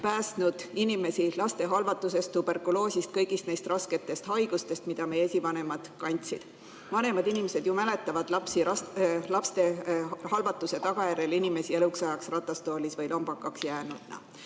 päästnud inimesi lastehalvatusest, tuberkuloosist, kõigist neist rasketest haigustest, mida meie esivanemad pidid taluma? Vanemad inimesed ju mäletavad lapsi, kes lastehalvatuse tagajärjel eluks ajaks ratastooli või lombakaks pidid